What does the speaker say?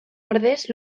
ordez